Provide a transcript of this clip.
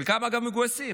חלקם מגויסים,